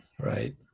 Right